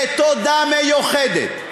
ותודה מיוחדת,